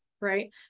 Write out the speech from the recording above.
right